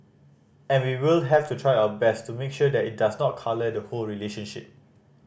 and we will have to try our best to make sure that it does not colour the whole relationship